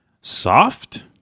soft